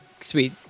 sweet